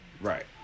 Right